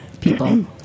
people